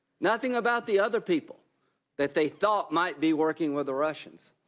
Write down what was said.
nothing about the other people that they thought might be working with the russians.